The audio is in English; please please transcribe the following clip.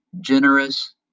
generous